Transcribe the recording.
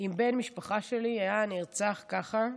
אם בן משפחה שלי היה נרצח ככה,